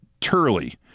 Turley